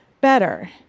better